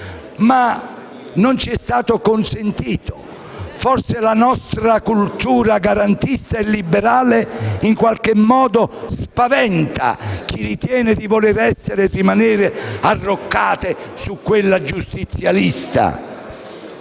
ma non ci è stato consentito. Forse la nostra cultura garantista e liberale in un certo senso spaventa chi ritiene di voler rimanere arroccato su quella giustizialista.